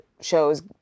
shows